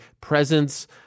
presence